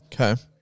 Okay